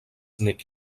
nek